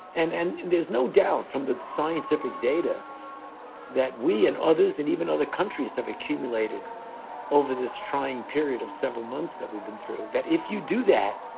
and and there's no doubt from the scientific data that we and others and even other countries have accumulated over this trying period of several months that we've been through that. if you do that,